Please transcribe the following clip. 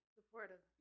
supportive